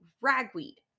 ragweed